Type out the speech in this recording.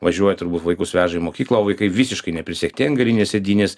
važiuoja turbūt vaikus veža į mokyklą o vaikai visiškai neprisegti ant galinės sėdynės